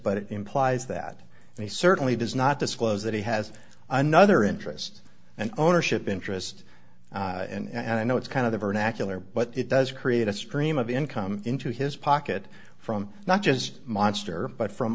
it implies that he certainly does not disclose that he has another interest and ownership interest and i know it's kind of the vernacular but it does create a stream of income into his pocket from not just monster but from